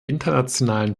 internationalen